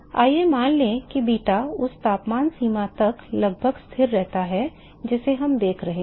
आइए मान लें कि बीटा उस तापमान सीमा तक लगभग स्थिर रहता है जिसे हम देख रहे हैं